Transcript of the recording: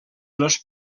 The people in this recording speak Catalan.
les